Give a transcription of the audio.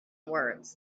words